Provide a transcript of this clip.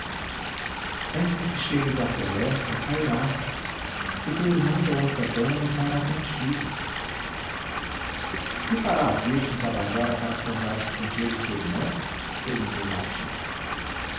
antes que chegues à floresta cairás e teu irmão da outra banda cairá contigo que fará a virgem tabajara para salvar o estrangeiro e seu irmão perguntou martim